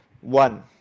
One